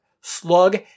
Slug